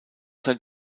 sein